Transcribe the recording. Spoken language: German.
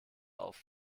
auf